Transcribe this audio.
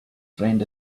friend